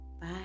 Bye